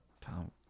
Tom